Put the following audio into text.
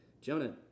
Jonah